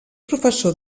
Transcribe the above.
professor